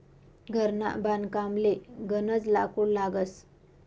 घरना बांधकामले गनज लाकूड लागस